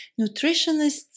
nutritionists